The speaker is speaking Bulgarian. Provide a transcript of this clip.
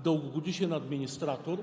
дългогодишен администратор.